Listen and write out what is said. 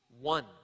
one